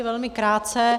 Velmi krátce.